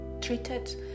treated